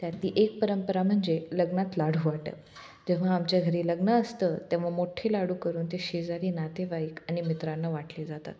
त्यातली एक परंपरा म्हणजे लग्नात लाडू वाटप जेव्हा आमच्या घरी लग्न असतं तेव्हा मोठ्ठे लाडू करून ते शेजारी नातेवाईक आणि मित्रांना वाटले जातात